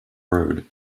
road